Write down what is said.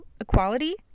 equality